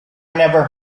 never